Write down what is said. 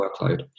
workload